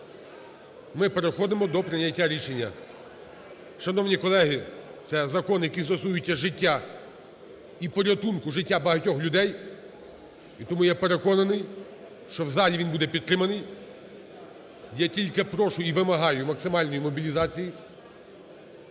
ми переходимо до прийняття рішення. Шановні колеги – це закон, який стосується життя і порятунку життя багатьох людей. І тому я переконаний, що в залі він буде підтриманий, я тільки прошу і вимагаю максимальної мобілізації.